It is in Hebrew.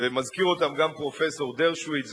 ומזכיר אותם גם פרופסור דרשוביץ,